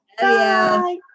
Bye